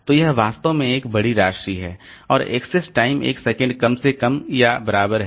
तो यह वास्तव में एक बड़ी राशि है और एक्सेस टाइम एक सेकंड कम से कम या बराबर है